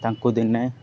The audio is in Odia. ତାଙ୍କୁ ଦିନେ